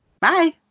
Bye